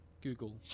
Google